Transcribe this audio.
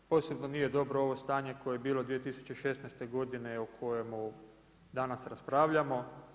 Posebno nije dobro ovo stanje koje je bilo 2016. godine o kojemu danas raspravljamo.